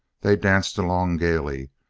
they danced along gaily,